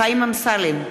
חיים אמסלם,